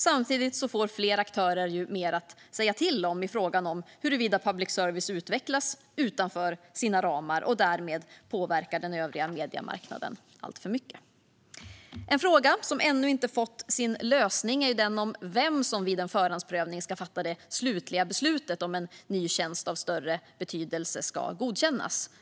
Samtidigt får fler aktörer mer att säga till om i frågan om huruvida public service utvecklas utanför sina ramar och därmed påverkar den övriga mediemarknaden alltför mycket. En fråga som ännu inte fått sin lösning är den om vem som vid en förhandsprövning ska fatta det slutliga beslutet om en ny tjänst av större betydelse ska godkännas.